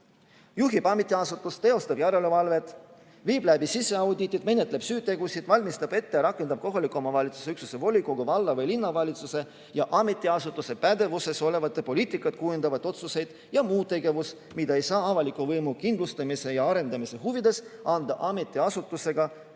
juhib ametiasutust, teostab järelevalvet, viib läbi siseauditit, menetleb süütegusid, valmistab ette ja rakendab kohaliku omavalitsuse üksuse volikogu, valla- või linnavalitsuse ja ametiasutuste pädevuses olevaid poliitikat kujundavaid otsuseid ja tema ülesandeks on muud tegevused, mida ei saa avaliku võimu kindlustamise ja arendamise huvides anda ametiasutusega